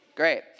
Great